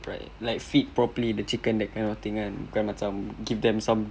like feed properly the chicken that kind of thing kan bukan macam give them some